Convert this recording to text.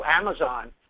Amazon